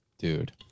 dude